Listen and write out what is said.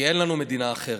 כי אין לנו מדינה אחרת.